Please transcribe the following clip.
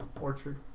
orchard